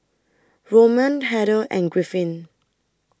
Roman Heather and Griffin